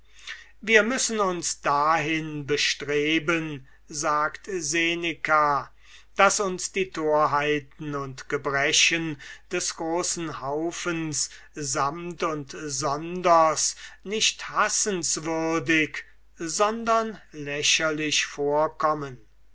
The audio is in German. wir müssen uns dahin bestreben sagt seneca daß uns die torheiten und gebrechen des großen haufens samt und sonders nicht hassenswürdig sondern lächerlich vorkommen